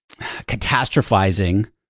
catastrophizing